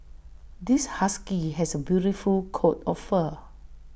this husky has A beautiful coat of fur